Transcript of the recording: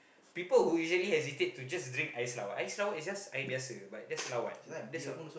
people who usually hesitate to just drink air selawat air selawat is just air biasa but just selawat that's all